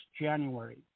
January